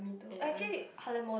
ya